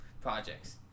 projects